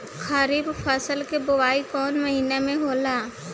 खरीफ फसल क बुवाई कौन महीना में होला?